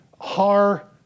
Har